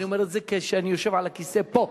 אני אומר את זה כשאני יושב על הכיסא פה,